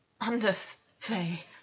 Under-fay